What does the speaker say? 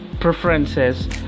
preferences